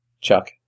Chuck